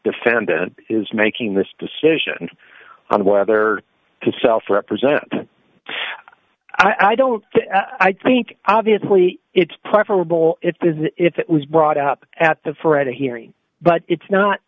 defendant is making this decision on whether to self represent i don't i think obviously it's preferable if this is if it was brought up at the for at a hearing but it's not